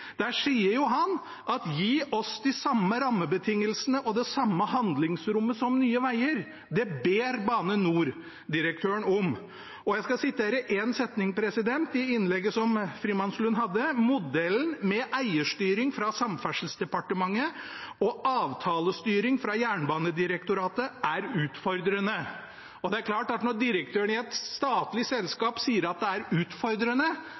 Der skriver han: «Gi oss gjerne rammebetingelser og handlingsrom som Nye Veier.» Det ber Bane NOR-direktøren om. Jeg skal sitere en setning til fra innlegget som Frimannslund hadde: «Modellen med eierstyring fra Samferdselsdepartementet og avtalestyring fra Jernbanedirektoratet er utfordrende.» Når direktøren i et statlige selskap sier at det er utfordrende, betyr det at den måten vi har det på i dag, ikke er